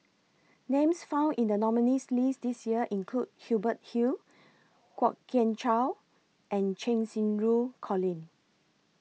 Names found in The nominees' list This Year include Hubert Hill Kwok Kian Chow and Cheng Xinru Colin